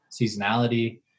seasonality